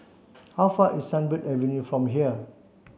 how far is Sunbird Avenue from here